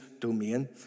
domain